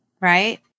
right